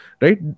right